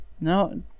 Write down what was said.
no